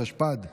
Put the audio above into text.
התשפ"ד 2023,